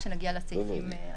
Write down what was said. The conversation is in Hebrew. כשנגיע לסעיפים עצמם,